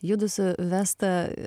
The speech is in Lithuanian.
judu su vesta